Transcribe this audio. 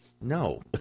no